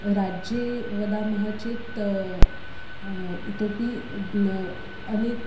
राज्ये वदामः चेत् इतोपि अनेके